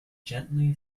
gently